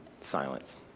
silence